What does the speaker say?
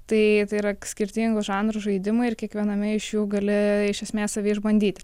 tai tai yra skirtingų žanrų žaidimai ir kiekviename iš jų gali iš esmės save išbandyti